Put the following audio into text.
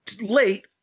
late